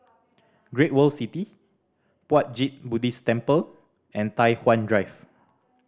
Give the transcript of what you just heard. Great World City Puat Jit Buddhist Temple and Tai Hwan Drive